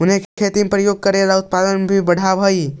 उन्हें खेती में प्रयोग करने से उत्पादन भी बढ़अ हई